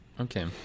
okay